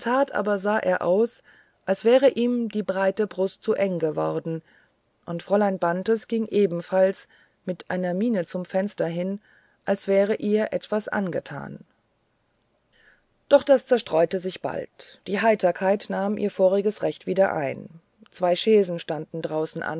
aber sah er aus als wäre ihm die breite brust zu eng geworden und fräulein bantes ging ebenfalls mit einer miene zum fenster hin als wäre ihr etwas angetan doch das zerstreute sich bald die heiterkeit nahm ihr voriges recht wieder ein zwei chaisen standen draußen